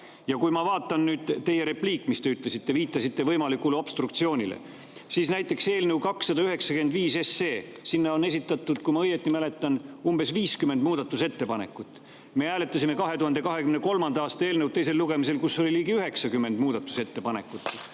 kui ma vaatan – teie repliigis, mille te ütlesite, te viitasite võimalikule obstruktsioonile –, siis näiteks eelnõu 295 kohta on esitatud, kui ma õigesti mäletan, umbes 50 muudatusettepanekut. Me hääletasime 2023. aasta [eelarve] teisel lugemisel läbi ligi 90 muudatusettepanekut.